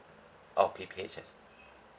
oh P_P_H_S